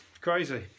Crazy